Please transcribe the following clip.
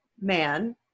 man